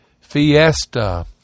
Fiesta